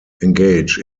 engage